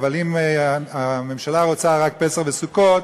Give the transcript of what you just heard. אבל אם הממשלה רוצה רק פסח וסוכות,